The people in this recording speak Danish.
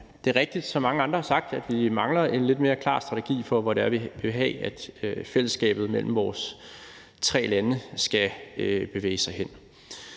det er rigtigt, som mange andre har sagt, at vi mangler en lidt mere klar strategi for, hvor det er, vi vil have at fællesskabet mellem vores tre lande skal bevæge sig hen.